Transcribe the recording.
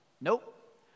Nope